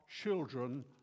children